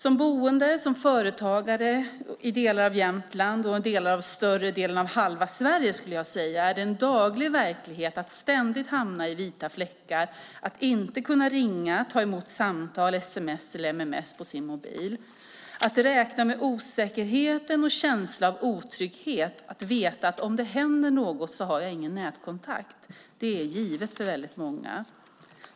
Som boende och som företagare i delar av Jämtland och i den större delen av halva Sverige, skulle jag vilja säga, är det en daglig verklighet att ständigt hamna i vita fläckar, att inte kunna ringa och ta emot samtal, sms eller mms på sin mobil. Att räkna med osäkerheten och känslan av otrygghet att veta att om det händer något har jag ingen nätkontakt är givet för väldigt många.